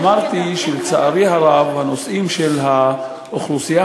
שלצערי הרב הנושאים של האוכלוסייה